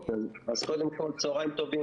קודם כול צוהריים טובים,